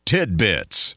Tidbits